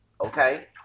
Okay